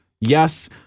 yes